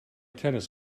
tennis